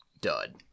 dud